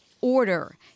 order